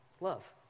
Love